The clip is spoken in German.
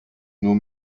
nur